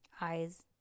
Eyes